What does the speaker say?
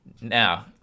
Now